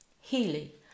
Healy